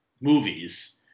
movies